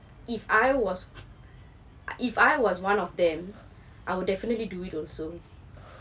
if I was if I was one of them I would definitely do it also